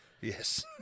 Yes